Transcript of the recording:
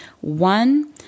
One